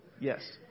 yes